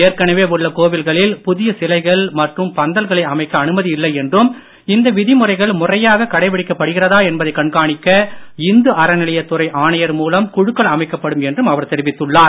ஏற்கனவே உள்ள கோவில்களில் புதிய சிலைகள் மற்றும் பந்தல்களை அமைக்க அனுமதி இல்லை என்றும் இந்த விதிமுறைகள் முறையாக கடைபிடிக்கப்படுகிறதா என்பதைக் கண்காணிக்க இந்து அறநிலையத் துறை ஆணையர் மூலம் குழுக்கள் அமைக்கப்படும் என்றும் அவர் தெரிவித்துள்ளார்